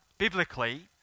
biblically